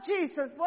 Jesus